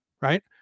Right